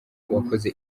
uwakoze